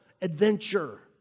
adventure